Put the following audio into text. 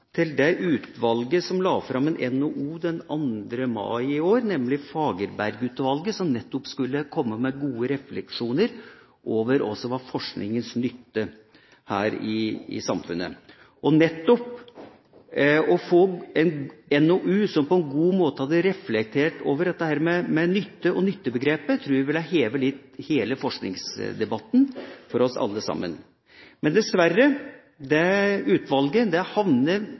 til det utvalget som la fram en NOU den 2. mai i år, nemlig Fagerberg-utvalget, som nettopp skulle komme med gode refleksjoner om hva som er forskningas nytte her i samfunnet. Nettopp å få en NOU som på en god måte hadde reflektert over dette med nytte og nyttebegrepet, tror jeg ville ha hevet hele forskningsdebatten for oss alle sammen. Men, dessverre, det utvalget havner